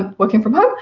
ah working from home,